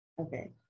Okay